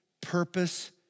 purpose